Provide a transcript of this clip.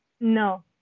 No